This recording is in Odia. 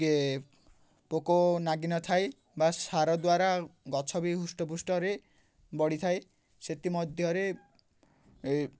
କି ପୋକ ଲାଗିନଥାଏ ବା ସାର ଦ୍ୱାରା ଗଛ ବି ହୃଷ୍ଟପୃଷ୍ଟରେ ବଢ଼ିଥାଏ ସେଥିମଧ୍ୟରେ